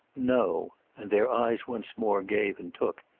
no and their eyes once more gave and took.